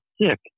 sick